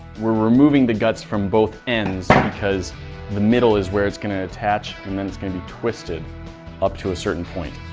we're removing the guts from both ends because the middle is where it's going to attach, and then it's going to be twisted up to a certain point.